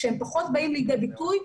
שהם פחות באים לידי ביטוי,